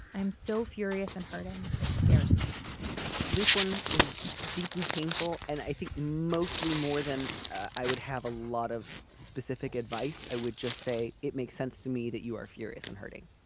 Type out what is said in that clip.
i'm so furious and hurting. it scares me this one is deeply painful and i think mostly more than i would have a lot of specific advice i would just say it makes sense to me that you are furious and hurting.